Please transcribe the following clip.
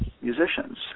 musicians